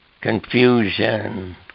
confusion